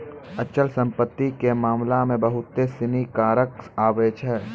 अचल संपत्ति के मामला मे बहुते सिनी कारक आबै छै